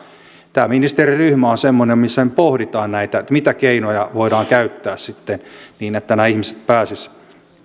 tämä ministeriryhmä on semmoinen missä pohditaan näitä että mitä keinoja voidaan käyttää sitten niin että nämä ihmiset pääsisivät